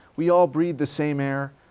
we all breathe the same air,